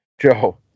Joe